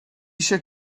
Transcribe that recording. eisiau